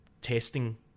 testing